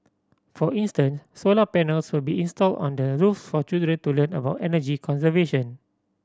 for instance solar panels will be installed on the roofs for children to learn about energy conservation